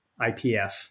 IPF